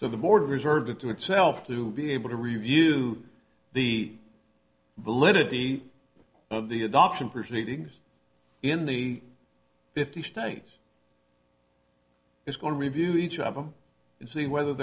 so the board reserved it to itself to be able to review the ability of the adoption proceedings in the fifty states is going to review each of them and see whether